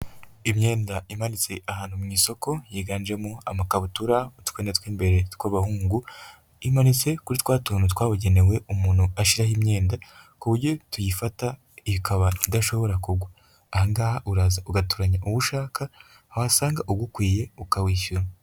Imyenda imanitse ahantu mu isoko yiganjemo amakabutura, utwenda tw'imbere tw'abahungu, imanitse kuri twa tuntu twabugenewe umuntu ashyiraho imyenda ku buryo tuyifata ikaba idashobora kugwa. Aha ngaha uraza ugatoranya uwo ushaka wahasanga ugukwiye ukawishyura.